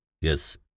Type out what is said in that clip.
Yes